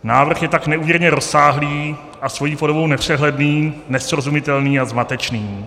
Návrh je tak neúměrně rozsáhlý a svou podobou nepřehledný, nesrozumitelný a zmatečný.